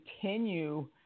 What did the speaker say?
continue